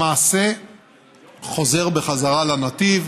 למעשה חוזר בחזרה לנתיב,